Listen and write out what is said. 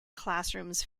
classrooms